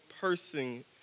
person